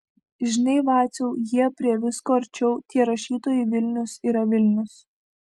žinai vaciau jie prie visko arčiau tie rašytojai vilnius yra vilnius